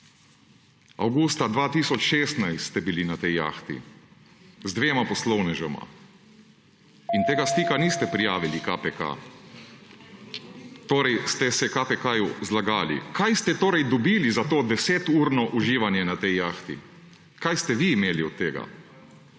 avgusta 2016 ste bili na tej jahti, z dvema poslovnežema in tega stika niste prijavili KPK. Torej ste se KPK zlagali. Kaj ste torej dobili za to deseturno uživanje na tej jahti? Kaj ste vi imeli od tega?